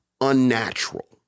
unnatural